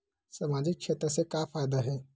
सामजिक क्षेत्र से का फ़ायदा हे?